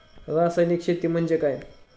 रासायनिक शेती म्हणजे काय?